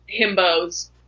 himbos